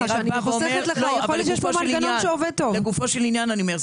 אבל לגופו של עניין,